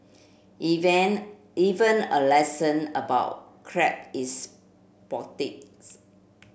even even a lesson about crab is poetics